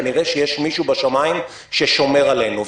כנראה שיש מישהו בשמיים ששומר עלינו.